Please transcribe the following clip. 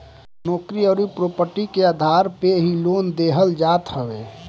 नोकरी अउरी प्रापर्टी के आधार पे ही लोन देहल जात हवे